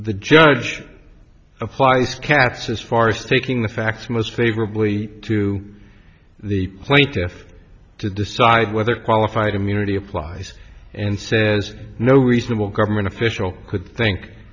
the judge applies to cats as far as taking the facts most favorably to the plaintiffs to decide whether qualified immunity applies and says no reasonable government official could think